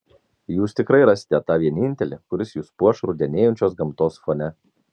jūs tikrai rasite tą vienintelį kuris jus puoš rudenėjančios gamtos fone